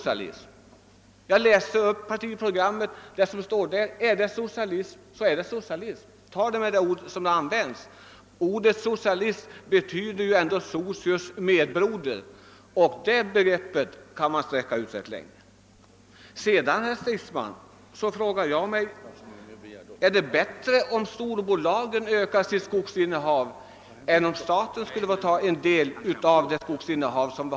För min del läste jag upp vad som står i vårt partiprogram. Ordet socialism kommer ju av socius som betyder medbroder, och det begreppet kan utsträckas ganska långt. Är det bättre om storbolagen ökar sitt skogsinnehav än om staten gör det?